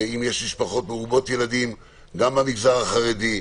אם יש משפחות מרובות ילדים גם במגזר החרדי,